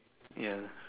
ya